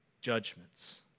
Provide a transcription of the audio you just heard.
judgments